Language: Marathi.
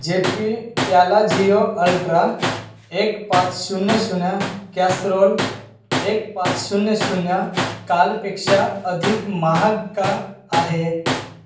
जेपी प्यालाझिओ अल्ट्रा एक पाच शून्य शून्य कॅसरोल एक पाच शून्य शून्य काल पेक्षा अधिक महाग का आहे